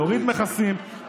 להוריד מכסים,